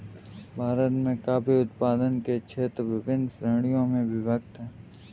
भारत में कॉफी उत्पादन के क्षेत्र विभिन्न श्रेणियों में विभक्त हैं